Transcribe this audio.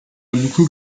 beaucoup